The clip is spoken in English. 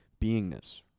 beingness